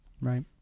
Right